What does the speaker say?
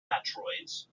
matroids